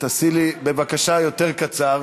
בבקשה יותר קצר,